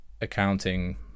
accounting